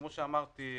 כמו שאמרתי,